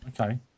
okay